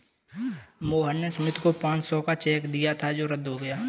मोहन ने सुमित को पाँच सौ का चेक दिया था जो रद्द हो गया